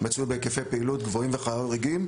מצוי בהיקפי פעילות גבוהים וחריגים,